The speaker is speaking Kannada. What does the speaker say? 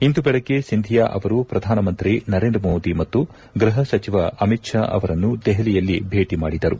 ಇಂದು ಬೆಳಗ್ಗೆ ಸಿಂಧಿಯಾ ಅವರು ಪ್ರಧಾನಮಂತ್ರಿ ನರೇಂದ್ರ ಮೋದಿ ಮತ್ತು ಗ್ಲಹ ಸಚಿವ ಅಮಿತ್ ಶಾ ಅವರನ್ನು ದೆಹಲಿಯಲ್ಲಿ ಭೇಟಿ ಮಾಡಿದರು